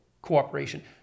cooperation